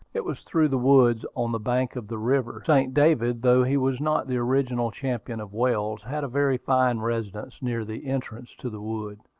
it was through the woods, on the bank of the river. st. david, though he was not the original champion of wales, had a very fine residence near the entrance to the wood.